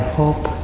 hope